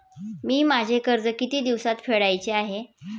मी माझे कर्ज किती दिवसांत फेडायचे आहे?